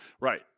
Right